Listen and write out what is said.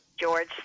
George